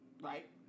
right